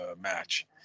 match